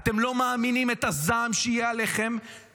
אתם לא מאמינים את הזעם שיהיה עליכם,